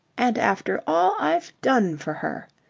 and after all i've done for her,